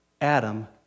Adam